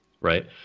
right